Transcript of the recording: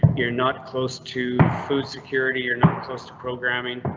you're not close to food security or not close to programming.